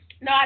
No